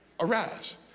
Arise